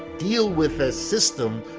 deal with the system,